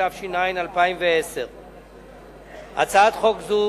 התש"ע 2010. הצעת חוק זו